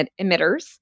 emitters